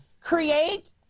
create